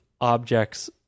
objects